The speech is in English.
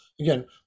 again